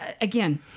Again